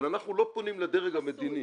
אבל אנחנו לא פונים לדרג המדיני